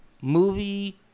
movie